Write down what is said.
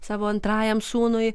savo antrajam sūnui